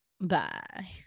bye